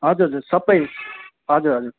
हजुर हजुर सबै हजुर हजुर